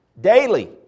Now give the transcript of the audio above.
daily